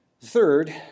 Third